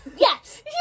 Yes